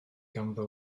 ganddo